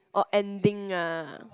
orh ending uh